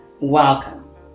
Welcome